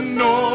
no